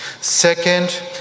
Second